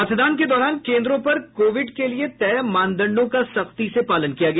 मतदान के दौरान केन्द्रों पर कोविड के लिये तय मानदंडों का सख्ती से पालन किया गया